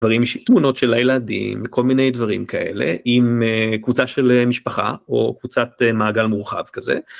דברים, תמונות של הילדים, כל מיני דברים כאלה עם קבוצה של משפחה או קבוצת מעגל מורחב כזה.